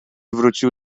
wrócił